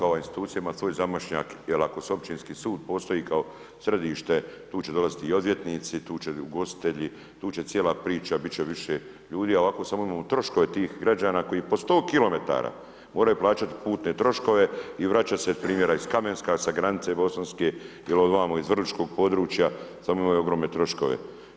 Slažem se svaka ova institucija ima svoj zamašnjak jer ako općinski sud postoji kao središte, tu će dolaziti i odvjetnici, tu će ugostitelji, tu će cijela priča, biti će više ljudi, a ovako samo imamo troškove tih građana koji po 100km moraju plaćati putne troškove i vraćati se primjera iz Kamenska sa granice Bosanske ili odvamo iz Vrličkog područja, samo imaju ogromne troškove.